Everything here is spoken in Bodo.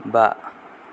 बा